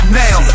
now